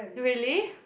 really